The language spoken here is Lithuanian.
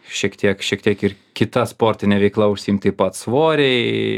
šiek tiek šiek tiek ir kita sportine veikla užsiimt pats svoriai